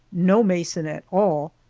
no mason at all,